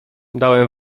dałem